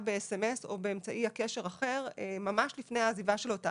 בסמס או באמצעי קשר אחר ממש לפני העזיבה שלו את הארץ.